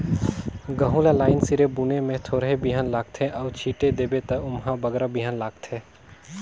गहूँ ल लाईन सिरे बुने में थोरहें बीहन लागथे अउ छींट देबे ता ओम्हें बगरा बीहन लागथे